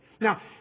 Now